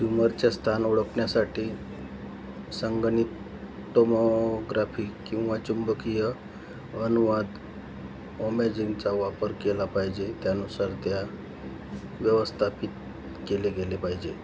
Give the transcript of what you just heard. ट्यूमरचे स्थान ओळखण्यासाठी संगणित टोमोग्राफी किंवा चुंबकीय अनुनाद अमेजिंगचा वापर केला पाहिजे आणि त्यानुसार ते व्यवस्थापित केले गेले पाहिजे